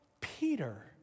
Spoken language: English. Peter